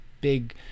big